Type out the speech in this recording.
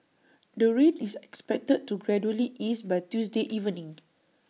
the rain is expected to gradually ease by Tuesday evening